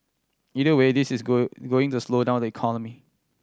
either way this is go going to slow down the economy